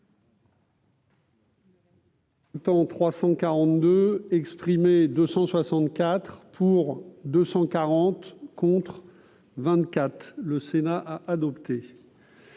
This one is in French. Le Sénat a adopté.